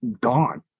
gone